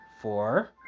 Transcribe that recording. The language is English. four